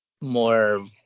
more